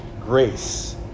grace